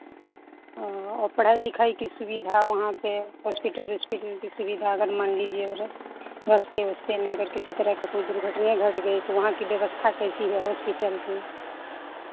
हाँ और पढ़ाई लिखाई की सुविधा वहाँ पे हॉस्पिटल ऑस्पिटल की सुविधा अगर मान लीजिए अगर रास्ते ओस्ते में अगर किसी तरह का कोई दुर्घटनै घट गई तो वहाँ की व्यवस्था कैसी है हॉस्पिटल की